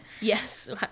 yes